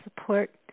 support